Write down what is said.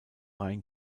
rein